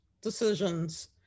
decisions